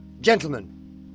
Gentlemen